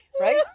Right